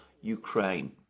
Ukraine